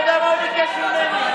אני יודע מה הוא ביקש ממני,